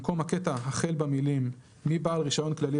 במקום הקטע החל במילים "מבעל רישיון כללי